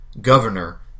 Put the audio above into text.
governor